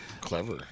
clever